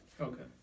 okay